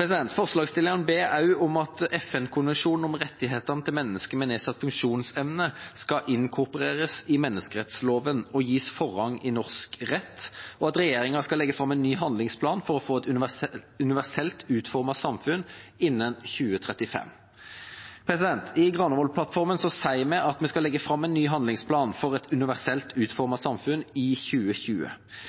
Forslagsstillerne ber også om at FN-konvensjonen om rettighetene til mennesker med nedsatt funksjonsevne skal inkorporeres i menneskerettsloven og gis forrang i norsk rett, og at regjeringen skal legge fram en ny handlingsplan for å få et universelt utformet samfunn innen 2035. I Granavolden-plattformen sier vi at vi skal legge fram en ny handlingsplan for et universelt utformet samfunn i 2020.